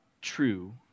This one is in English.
true